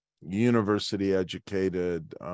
university-educated